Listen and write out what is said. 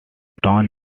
town